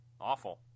Awful